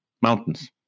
Mountains